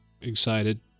Excited